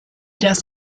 das